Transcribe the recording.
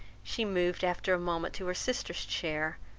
she moved after moment, to her sister's chair,